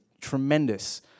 tremendous